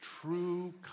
true